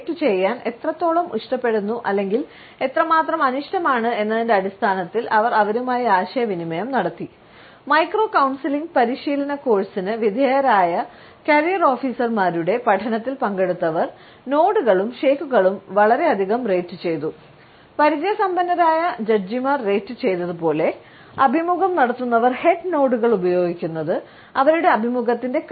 ക്ലോർ കണ്ടെത്തി